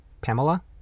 Pamela